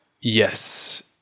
Yes